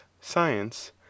science